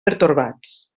pertorbats